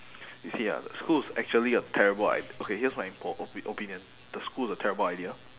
you see ah the school is actually a terrible i~ okay here's my po~ opi~ opinion the school is a terrible idea